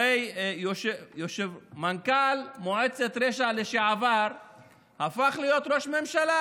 הרי מנכ"ל מועצת רשע לשעבר הפך להיות ראש ממשלה.